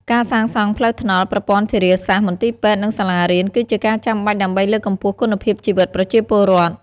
ការសាងសង់ផ្លូវថ្នល់ ប្រព័ន្ធធារាសាស្ត្រ មន្ទីរពេទ្យ និងសាលារៀន គឺជាការចាំបាច់ដើម្បីលើកកម្ពស់គុណភាពជីវិតប្រជាពលរដ្ឋ។